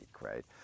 right